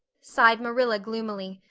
sighed marilla gloomily,